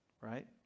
Right